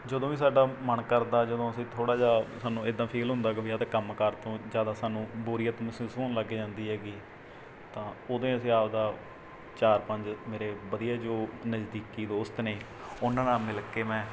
ਜਦੋਂ ਵੀ ਸਾਡਾ ਮਨ ਕਰਦਾ ਜਦੋਂ ਅਸੀਂ ਥੋੜ੍ਹਾ ਜਿਹਾ ਸਾਨੂੰ ਇੱਦਾਂ ਫੀਲ ਹੁੰਦਾ ਗਾ ਵੀ ਜਾਂ ਅਤੇ ਕੰਮ ਕਾਰ ਤੋਂ ਜ਼ਿਆਦਾ ਸਾਨੂੰ ਬੋਰੀਅਤ ਮਹਿਸੂਸ ਹੋਣ ਲੱਗ ਜਾਂਦੀ ਹੈਗੀ ਤਾਂ ਉਦੋਂ ਹੀ ਅਸੀਂ ਆਪਣਾ ਚਾਰ ਪੰਜ ਮੇਰੇ ਵਧੀਆ ਜੋ ਨਜ਼ਦੀਕੀ ਦੋਸਤ ਨੇ ਉਹਨਾਂ ਨਾਲ ਮਿਲ ਕੇ ਮੈਂ